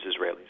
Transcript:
Israelis